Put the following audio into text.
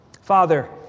Father